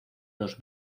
dos